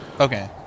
Okay